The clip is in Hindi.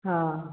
हाँ